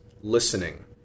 listening